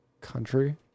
country